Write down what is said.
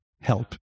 help